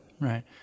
Right